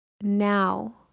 now